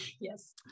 Yes